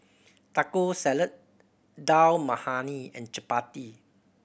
Taco Salad Dal Makhani and Chapati